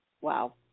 Wow